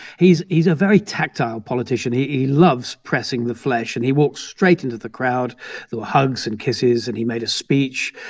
he's he's a very tactile politician. he loves pressing the flesh, and he walked straight into the crowd. there were hugs and kisses, and he made a speech.